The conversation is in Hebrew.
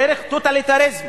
דרך טוטליטריזם